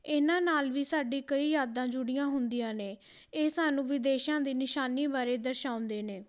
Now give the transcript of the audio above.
ਇਹਨਾਂ ਨਾਲ ਵੀ ਸਾਡੀ ਕਈ ਯਾਦਾਂ ਜੁੜੀਆਂ ਹੁੰਦੀਆਂ ਨੇ ਇਹ ਸਾਨੂੰ ਵਿਦੇਸ਼ਾਂ ਦੀ ਨਿਸ਼ਾਨੀ ਬਾਰੇ ਦਰਸਾਉਂਦੇ ਨੇ